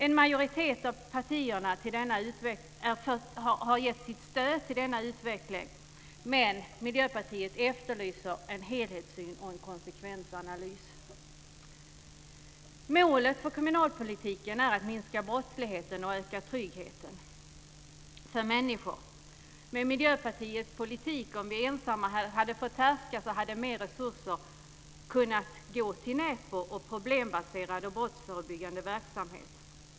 En majoritet av partierna har gett sitt stöd till denna utveckling, men Miljöpartiet efterlyser en helhetssyn och en konsekvensanalys. Målet för kommunalpolitiken är att minska brottsligheten och öka tryggheten för människor. Med Miljöpartiets politik - om vi ensamma hade fått härska - hade mer resurser kunnat gå till nätverk och problembaserad och brottsförebyggande verksamhet.